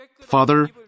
Father